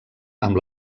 amb